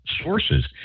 sources